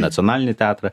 nacionalinį teatrą